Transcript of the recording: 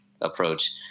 approach